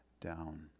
down